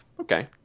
okay